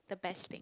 the best thing